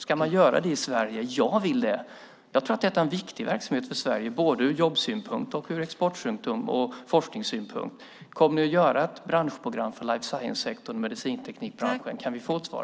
Ska man göra det i Sverige? Jag vill det. Jag tror att detta är en viktig verksamhet för Sverige både ur jobb-, export och forskningssynpunkt. Kommer ni att göra ett branschprogram för life science-sektorn och medicinteknikbranschen? Kan vi få ett svar?